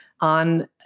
on